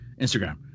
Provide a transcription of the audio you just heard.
Instagram